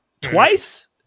twice